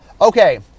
Okay